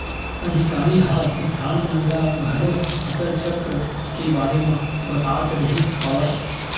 अधिकारी ह किसान मन ल घलोक फसल चक्र के बारे म बतात रिहिस हवय